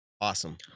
Awesome